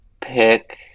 Pick